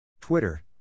Twitter